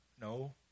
No